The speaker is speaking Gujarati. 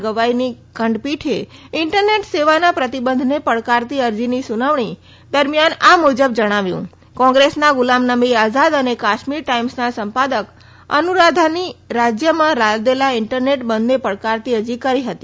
ગવાઈની ખંડપીઠે ઇન્ટરનેટ સેવાના પ્રતિબંધને પડકારતી અરજીની સુનવાણી દરમિયાન આ મુજબ જણાવ્યું કોંગ્રેસના ગુલાબનબી આઝાદ અને કાશ્મીર ટાઈમ્સના સંપાદક અનુરાધાની રાજ્યમાં લાદેલા ઈન્ટરનેટ બંધને પડકારતી અરજી કરી હતી